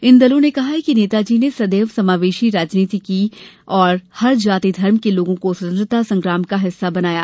इन दलों ने कहा है कि नेताजी ने सदैव समावेशी राजनीति की तथा हर जाति और धर्म के लोगों को स्वतंत्रता संग्राम का हिस्सा बनाया